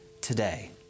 today